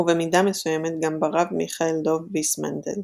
ובמידה מסוימת גם ברב מיכאל דב ויסמנדל,